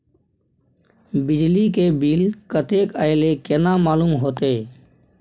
बिजली के बिल कतेक अयले केना मालूम होते?